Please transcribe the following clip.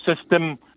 system